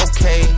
Okay